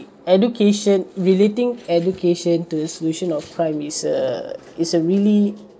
education relating education to the solution of crime is a is a really